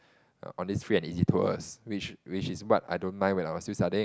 on this free and easy tours which which is what I don't mind when I was still studying